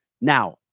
Now